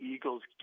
Eagles